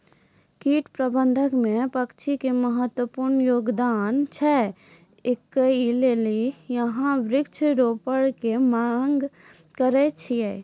कीट प्रबंधन मे पक्षी के महत्वपूर्ण योगदान छैय, इकरे लेली यहाँ वृक्ष रोपण के मांग करेय छैय?